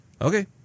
Okay